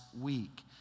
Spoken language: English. week